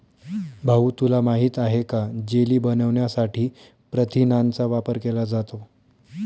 भाऊ तुला माहित आहे का जेली बनवण्यासाठी प्रथिनांचा वापर केला जातो